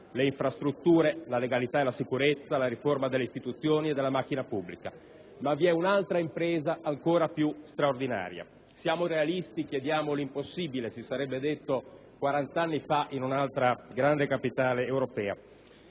le infrastrutture, la legalità e la sicurezza, la riforma delle istituzioni e della macchina pubblica. Ma vi è un'altra impresa, ancora più straordinaria. Siamo realisti, chiediamo l'impossibile, si sarebbe detto quarant'anni fa in un'altra grande capitale europea.